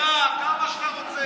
תקרא כמה שאתה רוצה.